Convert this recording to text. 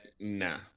Nah